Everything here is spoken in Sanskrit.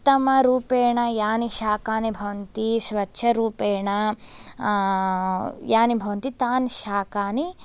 उत्तमरूपेण यानि शाकानि भवन्ति स्वच्छरूपेण यानि भवन्ति तानि शाकानि